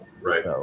Right